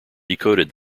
decoded